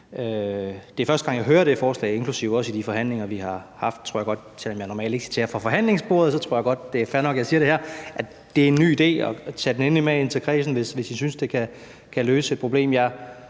Det er første gang, jeg hører det forslag, inklusive også i de forhandlinger, vi har haft. Selv om jeg normalt ikke citerer fra forhandlingsbordet, tror jeg, at det er fair nok, at jeg siger det her. Det er en ny idé. Og tag den endelig med ind i kredsen, hvis I synes, at det kan løse et problem.